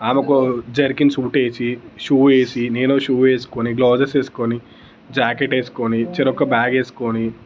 ఆమెకి ఓ jerkin suit వేసి షూ వేసి నేను ఓ షూ వేసుకొని గ్లోవ్స్ వేసుకొని జాకెట్ వేసుకొని చెరొక బ్యాగ్ వేసుకొని